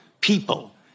people